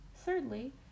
thirdly